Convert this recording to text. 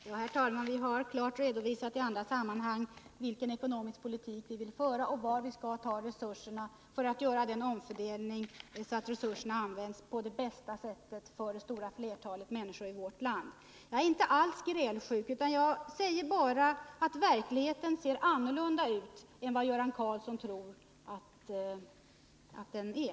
Herr talman! Vi har klart redovisat i andra sammanhang vilken ekonomisk politik vi vill föra och var vi skall ta resurserna för att göra en sådan omfördelning att resurserna används på det bästa sättet för det stora flertalet i vårt land. Jag är inte alls grälsjuk. Jag säger bara att verkligheten ser annorlunda ut än Göran Karlsson tror att den gör.